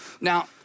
Now